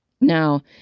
now